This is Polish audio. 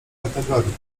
kategorii